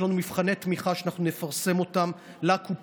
יש לנו מבחני תמיכה שאנחנו נפרסם לקופות